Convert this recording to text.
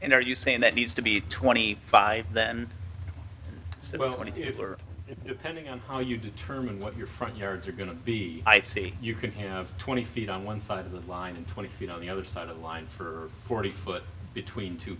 and are you saying that needs to be twenty five then i want you for it depending on how you determine what your front yards are going to be i see you can have twenty feet on one side of the line and twenty feet on the other side of the line for forty foot between two